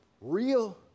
real